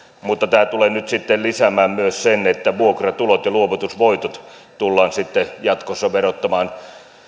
mutta tämä tulee nyt sitten lisäämään myös sen että vuokratulot ja luovutusvoitot tullaan jatkossa verottamaan